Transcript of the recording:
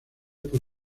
por